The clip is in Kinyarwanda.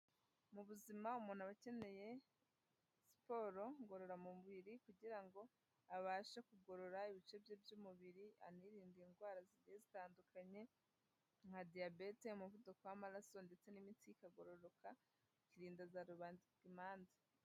Mu buzima umuntu aba akeneye siporo ngororamubiri kugira ngo abashe kugorora ibice bye by'umubiri, anirinde indwara zigiye zitandukanye. Nka diyabete, umuvuduko w'amaraso ndetse n'imitsi ikagororoka ukirinda za rubagimande.